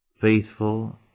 faithful